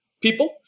people